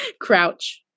crouch